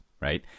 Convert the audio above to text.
Right